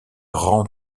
rang